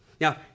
Now